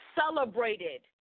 celebrated